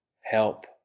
help